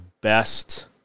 best